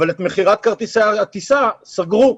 אבל את מכירת כרטיסי הטיסה סגרו.